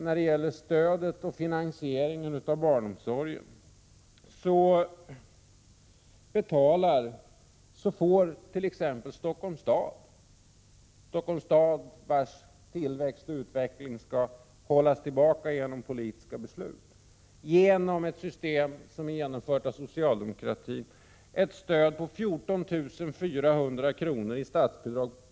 När det gäller stödet till och finansieringen av barnomsorgen får t. ex Stockholms stad, vars tillväxt och utveckling skall hållas tillbaka genom politiska beslut, med det system som genomförts av socialdemokratin, ett statsbidrag på 14 400 kr.